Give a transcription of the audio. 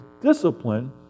discipline